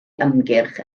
ymgyrch